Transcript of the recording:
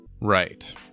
Right